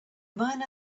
miner